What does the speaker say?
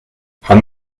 haben